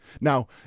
Now